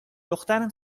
دخترم